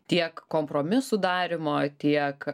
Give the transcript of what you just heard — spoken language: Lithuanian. tiek kompromisų darymo tiek